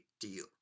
deal